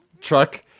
truck